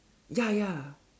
ya ya